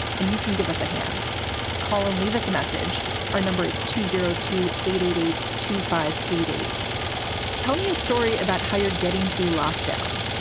and you can give us a hand column, leave us a message our number is two zero two eight eight eight two five eight eight point tell me a story about how you're getting through lockdown.